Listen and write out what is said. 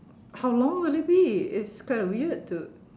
how long will it be it's kind of weird to